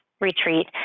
retreat